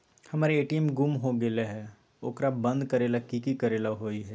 हमर ए.टी.एम गुम हो गेलक ह ओकरा बंद करेला कि कि करेला होई है?